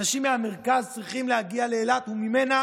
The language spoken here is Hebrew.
אנשים מהמרכז צריכים להגיע לאילת וממנה